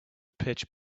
pitch